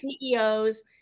CEOs